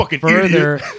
further